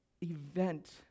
event